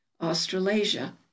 Australasia